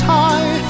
high